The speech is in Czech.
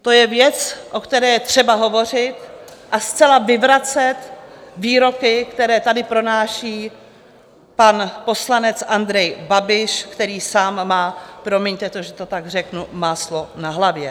To je věc, o které je třeba hovořit, a zcela vyvracet výroky, které tady pronáší pan poslanec Andrej Babiš, který sám má, promiňte, že to takto řeknu, máslo na hlavě.